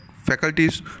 faculties